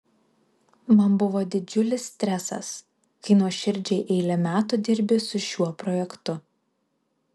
man buvo didžiulis stresas kai nuoširdžiai eilę metų dirbi su šiuo projektu